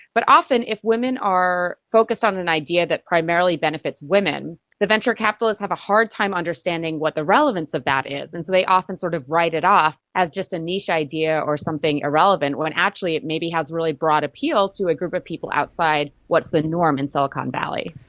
but often if women are focused on an idea that primarily benefits women, the venture capitalists have a hard time understanding what the relevance of that is and so they often sort of write it off as just a niche idea or something irrelevant when actually it maybe has really broad appeal to a group of people outside what's the norm in silicon valley.